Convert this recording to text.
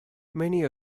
many